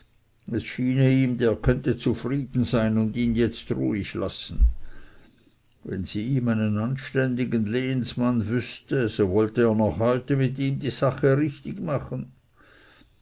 ihm der könnte zufrieden sein und ihn jetzt ruhig lassen wenn sie ihm einen anständigen lehnsmann wüßte so wollte er noch heute mit ihm die sache richtig machen